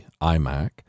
iMac